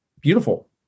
beautiful